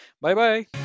Bye-bye